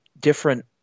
different